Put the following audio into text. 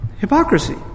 Hypocrisy